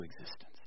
existence